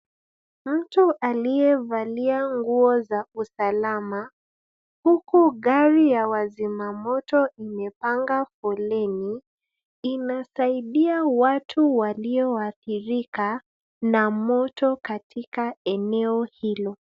Mtu aliyevalia nguo za usalama, huku gari ya wazima moto imepanga foleni, inasaidia watu walioathirika, na moto katika eneo hilo.